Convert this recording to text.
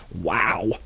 Wow